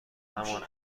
همان